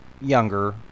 younger